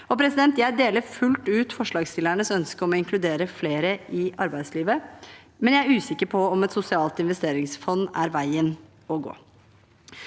arbeidslivet. Jeg deler fullt ut forslagsstillernes ønske om å inkludere flere i arbeidslivet, men jeg er usikker på om et sosialt investeringsfond er veien å gå.